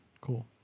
cool